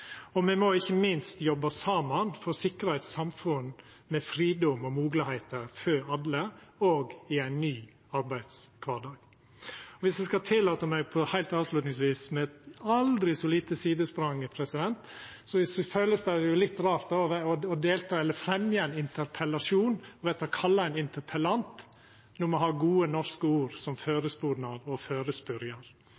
Me må ikkje minst jobba saman for å sikra eit samfunn med fridom og moglegheiter for alle, òg i ein ny arbeidskvardag. Om eg kan få tillata meg heilt avslutningsvis eit aldri så lite sidesprang: Det kjennest litt rart å fremja ein interpellasjon og verta kalla ein interpellant når me har gode norske ord som